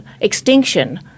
extinction